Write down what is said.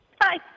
Hi